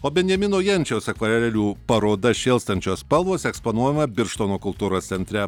o benjamino jenčiaus akvarelių paroda šėlstančios spalvos eksponuojama birštono kultūros centre